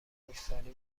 خشکسالی